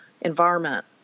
environment